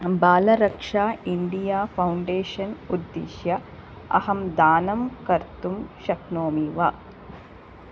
Balraksha India foundation उद्दिश्य अहं दानं कतुं शक्नोमि वा